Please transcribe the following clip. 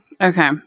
Okay